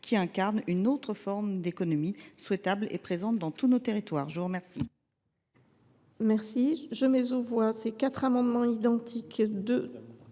qui incarne une autre forme d’économie, souhaitable et présente dans tous nos territoires. Quel